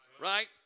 right